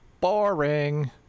boring